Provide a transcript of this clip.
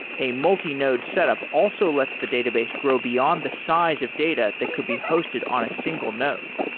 a multi-node setup also lets the database grow beyond the size of data that could be hosted on a single node.